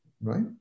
right